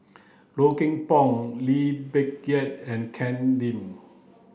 Low Kim Pong Lee Peh Gee and Ken Lim